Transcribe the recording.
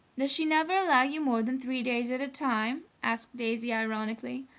does she never allow you more than three days at a time? asked daisy ironically.